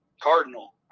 Cardinal